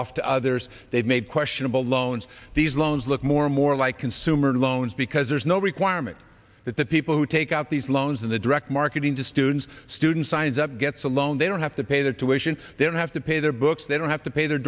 off to others they've made questionable loans these loans look more and more like consumer loans because there's no requirement that the people who take out these loans in the direct marketing to students student signs up gets a loan they don't have to pay their tuition they don't have to pay their books they don't have to pay their